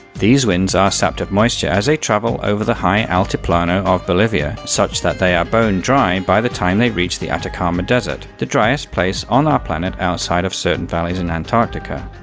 these winds are sapped of moisture as they travel over the high altiplano of bolivia, such that they are bone dry by the time they reach the atacama desert, the driest place on the planet outside of certain valleys in antarctica.